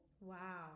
Wow